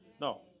No